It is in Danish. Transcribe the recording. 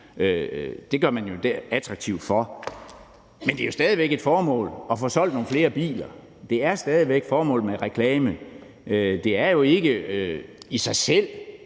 i forhold til de gamle biler. Men det er jo stadig væk et formål at få solgt nogle flere biler. Det er stadig væk formålet med en reklame. Det er jo ikke i sig selv